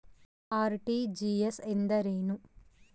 RTGS ಎಂದರೇನು?